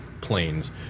planes